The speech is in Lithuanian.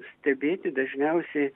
stebėti dažniausiai